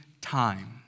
time